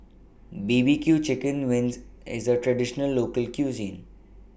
B B Q Chicken Wings IS A Traditional Local Cuisine